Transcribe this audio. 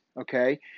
okay